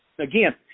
Again